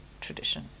tradition